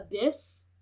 Abyss